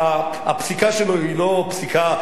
הפסיקה שלו היא לא פסיקה, לא מתקבלת?